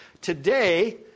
Today